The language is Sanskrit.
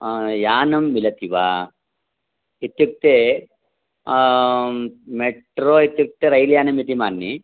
यानं मिलति वा इत्युक्ते मेट्रो इत्युक्ते रेल्यानमिति मन्ये